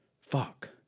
Fuck